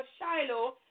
Shiloh